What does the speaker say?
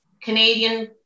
Canadian